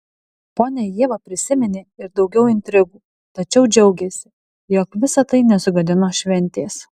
ponia ieva prisiminė ir daugiau intrigų tačiau džiaugėsi jog visa tai nesugadino šventės